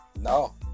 No